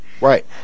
Right